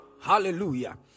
Hallelujah